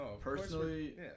personally